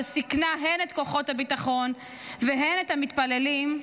שסיכנה הן את כוחות הביטחון והן את המתפללים,